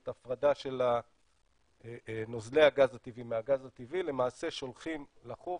את ההפרדה של נוזלי הגז הטבעי מהגז הטבעי ולמעשה שולחים לחוף